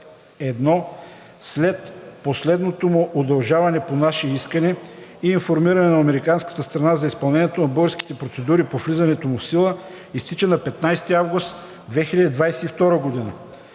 A1 след последното му удължаване по наше искане и информиране на американската страна за изпълнението на българските процедури по влизането му в сила изтича на 15 август 2022 г.